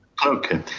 okay,